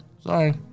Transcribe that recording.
Sorry